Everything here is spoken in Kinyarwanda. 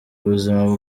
ubuzima